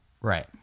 Right